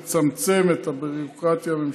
לצמצם את הביורוקרטיה הממשלתית.